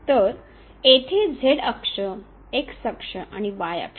तर येथे z अक्ष x अक्ष आणि y अक्ष